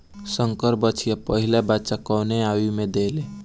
संकर बछिया पहिला बच्चा कवने आयु में देले?